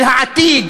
של העתיד,